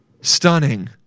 Stunning